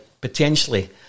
potentially